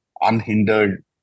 unhindered